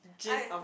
I